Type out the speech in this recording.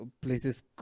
places